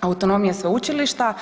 autonomije sveučilišta.